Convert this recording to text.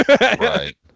Right